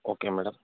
okay madam